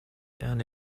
and